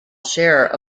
share